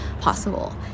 possible